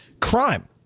crime